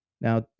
Now